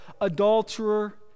adulterer